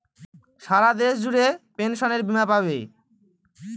সারা দেশ জুড়ে পেনসনের বীমা পাবে